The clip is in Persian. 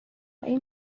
این